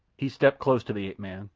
he stepped close to the ape-man,